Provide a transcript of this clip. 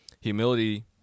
Humility